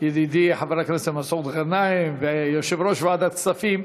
וידידי חבר הכנסת מסעוד גנאים ויושב-ראש ועדת הכספים,